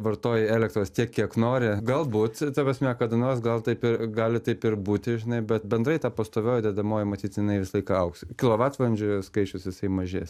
vartoji elektros tiek kiek nori galbūt ta prasme kada nors gal taip ir gali taip ir būti žinai bet bendrai ta pastovioji dedamoji matyt jinai visą laiką augs kilovatvalandžių skaičius jisai mažės